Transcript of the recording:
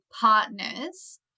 partners